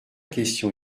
question